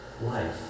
life